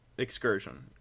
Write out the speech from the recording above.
excursion